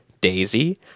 daisy